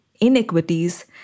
inequities